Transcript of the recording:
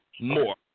more